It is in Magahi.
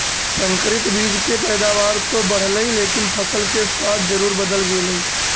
संकरित बीज से पैदावार तो बढ़लई लेकिन फसल के स्वाद जरूर बदल गेलइ